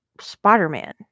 Spider-Man